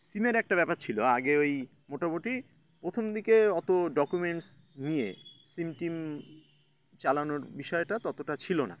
সিমের একটা ব্যাপার ছিল আগে ওই মোটামুটি প্রথম দিকে অতো ডকুমেন্টস নিয়ে সিম টিম চালানোর বিষয়টা ততটা ছিলো না